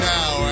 Now